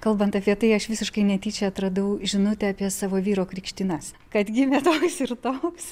kalbant apie tai aš visiškai netyčia atradau žinutę apie savo vyro krikštynas kad gimė toks ir toks